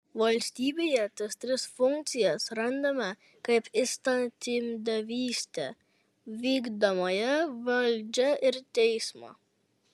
valstybėje tas tris funkcijas randame kaip įstatymdavystę vykdomąją valdžią ir teismą